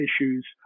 issues